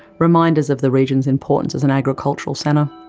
reminders of the region's importance as an agricultural centre.